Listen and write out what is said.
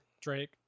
Drake